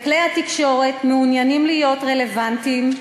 וכלי התקשורת מעוניינים להיות רלוונטיים,